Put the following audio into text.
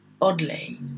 oddly